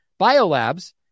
biolabs